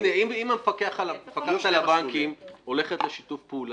אם המפקחת על הבנקים הולכת לשיתוף פעולה,